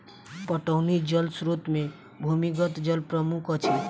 पटौनी जल स्रोत मे भूमिगत जल प्रमुख अछि